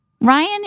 Ryan